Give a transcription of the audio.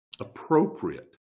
appropriate